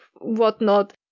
whatnot